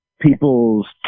People's